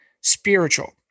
spiritual